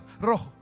Rojo